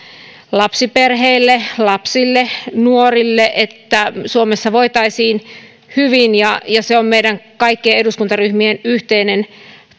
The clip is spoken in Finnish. lapsiperheille lapsille nuorille jotta suomessa voitaisiin hyvin ja se on meidän kaikkien eduskuntaryhmien yhteinen